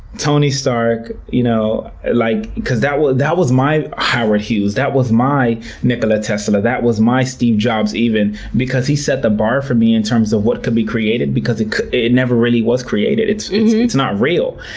tony stark, you know like because that was that was my howard hughes. that was my nikola tesla. that was my steve jobs even, because he set the bar for me in terms of what could be created because it it never really was created. it's it's not real.